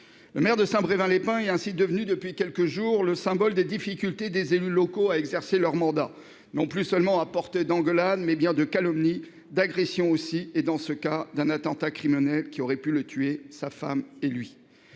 Le maire de Saint-Brévin-les-Pins est ainsi devenue depuis quelques jours le symbole des difficultés des élus locaux à exercer leur mandat. Non plus seulement à portée d'engueulade, mais bien de calomnie d'agression aussi et dans ce cas d'un attentat criminel qui aurait pu le tuer sa femme et lui.